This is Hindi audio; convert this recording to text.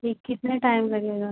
जी कितना टाइम लगेगा